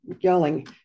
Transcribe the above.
yelling